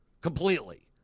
Completely